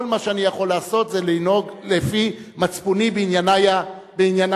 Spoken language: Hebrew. כל מה שאני יכול לעשות זה לנהוג לפי מצפוני בענייני האישיים.